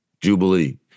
Jubilee